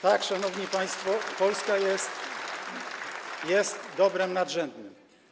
Tak, szanowni państwo, Polska jest dobrem nadrzędnym.